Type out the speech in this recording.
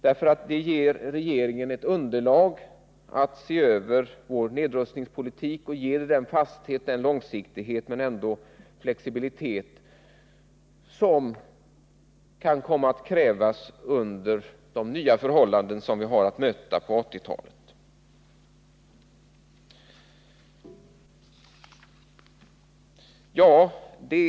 Det ger regeringen ett underlag för att se över vår nedrustningspolitik och ge den den fasthet och långsiktighet men ändå flexibilitet som kan komma att krävas under de nya förhållanden som vi har att möta under 1980-talet.